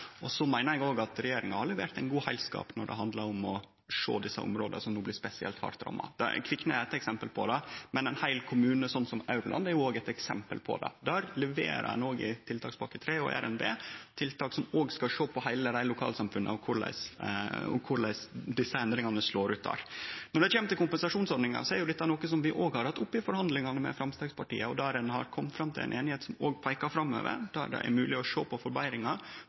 Så meiner eg òg at regjeringa har levert ein god heilskap når det handlar om å sjå desse områda som no blir spesielt hardt ramma. Kviknes er eit eksempel på det, men ein heil kommune, som Aurland, er òg eit eksempel på det. Der leverer ein òg i tiltakspakke 3 og i RNB tiltak som skal sjå på heile lokalsamfunna og korleis desse endringane slår ut der. Når det kjem til kompensasjonsordninga, er dette noko vi òg har hatt oppe i forhandlingane med Framstegspartiet. Der har ein kome fram til ei einigheit som òg peikar framover, der det er mogleg å sjå på forbetringar.